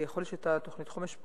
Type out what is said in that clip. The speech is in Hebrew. יכול להיות שהיתה תוכנית חומש.